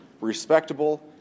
respectable